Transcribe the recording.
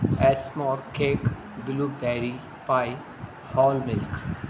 s'more cake blueberry pie whole Malik